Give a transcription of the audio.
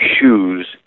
shoes